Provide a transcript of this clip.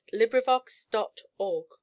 librivox.org